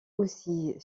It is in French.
aussi